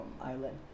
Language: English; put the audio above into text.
island